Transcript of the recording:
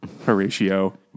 Horatio